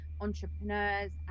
entrepreneurs